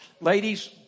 Ladies